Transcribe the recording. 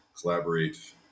collaborate